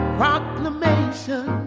proclamation